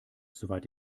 soweit